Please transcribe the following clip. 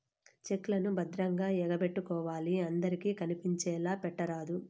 check లను భద్రంగా ఎగపెట్టుకోవాలి అందరికి కనిపించేలా పెట్టరాదు